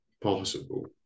possible